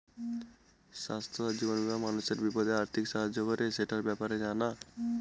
স্বাস্থ্য আর জীবন বীমা মানুষের বিপদে আর্থিক সাহায্য করে, সেটার ব্যাপারে জানা